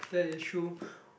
that is true